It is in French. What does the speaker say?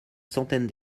centaine